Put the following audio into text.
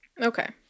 Okay